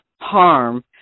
harm